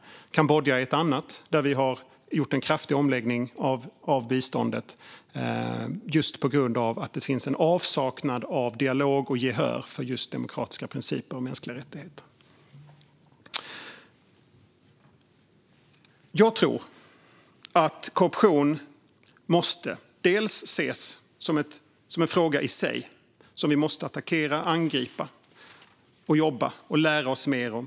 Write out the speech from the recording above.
Ett annat är Kambodja, där vi har gjort en kraftig omläggning av biståndet just på grund av att det finns en avsaknad av dialog och gehör för just demokratiska principer och mänskliga rättigheter. Jag tror att korruption måste ses som en fråga i sig, som vi måste attackera, angripa, jobba med och lära oss mer om.